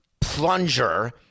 plunger